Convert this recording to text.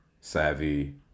savvy